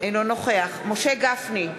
אינו נוכח משה גפני,